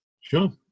Sure